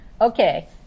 Okay